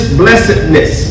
blessedness